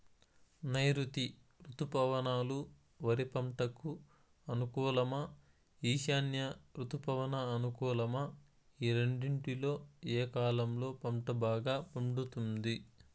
నైరుతి రుతుపవనాలు వరి పంటకు అనుకూలమా ఈశాన్య రుతుపవన అనుకూలమా ఈ రెండింటిలో ఏ కాలంలో పంట బాగా పండుతుంది?